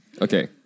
okay